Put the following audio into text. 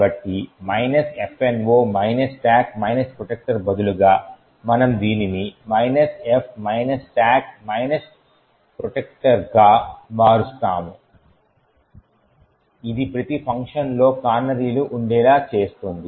కాబట్టి fno stack protector బదులుగా మనం దీనిని f stack protectorగా మారుస్తాము ఇది ప్రతి ఫంక్షన్లో కానరీలు ఉండేలా చేస్తుంది